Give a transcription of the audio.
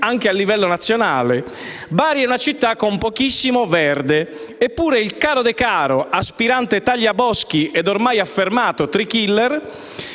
anche a livello nazionale. Bari è una città con pochissimo verde, eppure il caro Decaro, aspirante tagliaboschi ed ormai affermato *tree killer*,